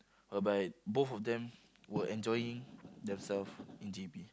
whereby both of them were enjoying themselves in J_B